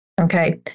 okay